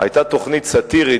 היתה תוכנית סאטירית,